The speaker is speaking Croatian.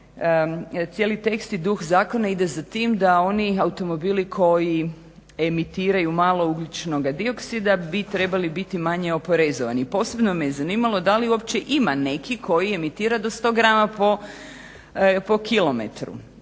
cijeli tekst i duh zakona ide za tim da oni automobili koji emitiraju malo ugljičnog dioksida bi trebali biti manje oporezovani. Posebno me je zanimalo da li uopće ima neki koji emitira do 100 g/km.